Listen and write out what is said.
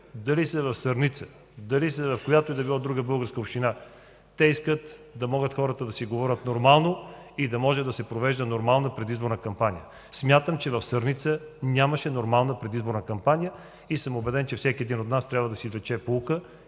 дали са от Сърница, дали са от която и да било друга българска община, хората искат да могат да си говорят нормално, да може да се провежда нормална предизборна кампания. Смятам, че в Сърница нямаше нормална предизборна кампания и съм убеден, че всеки един от нас трябва да си извлече поука